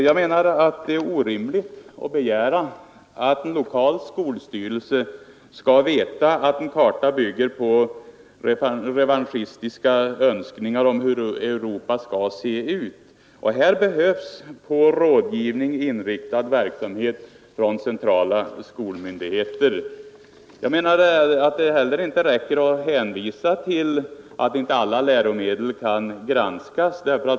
Jag anser det orimligt att begära att en lokal skolstyrelse skall veta att en karta bygger på revanschistiska önskningar om hur Europa skall se ut Här behövs ”på rådgivning inriktad verksamhet” från centrala skolmyndigheten. Det räcker heller inte med att hänvisa till att inte alla läromedel kan granskas.